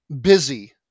busy